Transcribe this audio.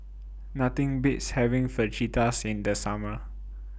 Nothing Beats having Fajitas in The Summer